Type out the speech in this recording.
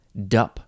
Dup